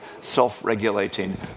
self-regulating